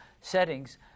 settings